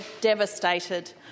devastated